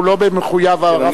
הוא לא מחויב לרב שלי.